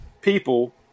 people